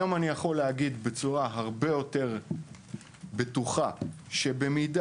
היום אני יכול להגיד בצורה הרבה יותר בטוחה שבמידה